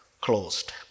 closed